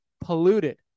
polluted